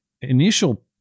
initial